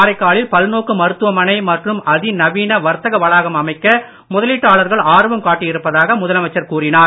காரைக்காலில் பல்நோக்கு மருத்துவமனை மற்றும் அதிநவீன வர்த்தக வளாகம் அமைக்க முதலீட்டாளர்கள் ஆர்வம் காட்டியிருப்பதாக முதலமைச்சர் கூறினார்